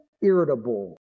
irritable